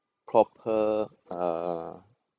proper uh